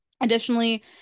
Additionally